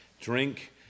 drink